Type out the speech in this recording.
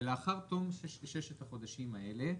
ולאחר תום ששת החודשים האלה,